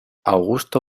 augusto